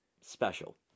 Special